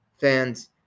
fans